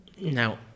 Now